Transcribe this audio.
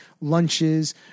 lunches